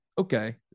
okay